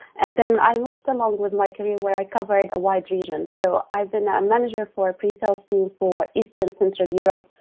and then i moved along with my career where i covered a wide region. so i've been a um manager for pre sales team for eastern central europe,